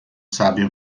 sabem